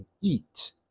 eat